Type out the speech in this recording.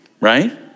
right